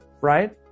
right